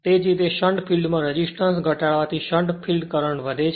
તે જ રીતે શંટ ફિલ્ડ માં રેસિસ્ટન્સ ઘટાડવાથી શંટ ફિલ્ડ કરંટ વધે છે